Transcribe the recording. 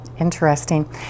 Interesting